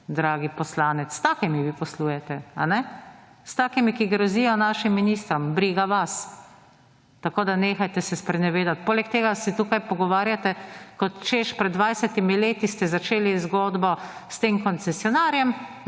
dragi poslanec. S takimi vi poslujete, a ne? S takimi, ki grozijo našim ministrom. Briga vas!? Tako da nehajte se sprenevedati. Poleg tega se tukaj pogovarjate kot, češ, pred 20 leti ste začeli zgodbo s tem koncesionarjem,